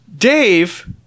Dave